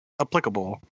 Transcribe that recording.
applicable